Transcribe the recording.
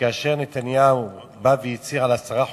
כאשר נתניהו בא והצהיר על עשרה חודשים,